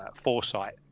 foresight